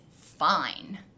fine